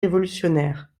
révolutionnaires